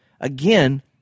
Again